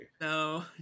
no